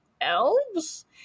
elves